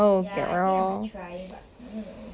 ya I think I might try but I don't know